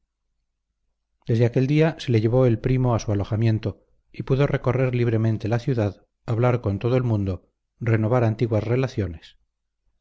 desde aquel día se le llevó el primo a su alojamiento y pudo recorrer libremente la ciudad hablar con todo el mundo renovar antiguas relaciones